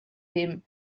him